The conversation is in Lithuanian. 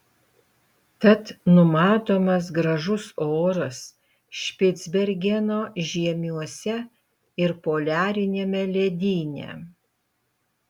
tad numatomas gražus oras špicbergeno žiemiuose ir poliariniame ledyne